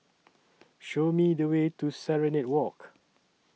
Show Me The Way to Serenade Walk